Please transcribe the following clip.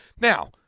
Now